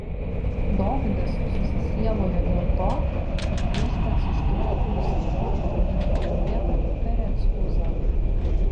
dovydas susisielojo dėl to kad viešpats ištiko uzą ir pavadino tą vietą perec uza